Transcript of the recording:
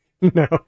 No